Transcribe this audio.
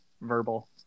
Verbal